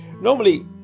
normally